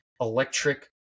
Electric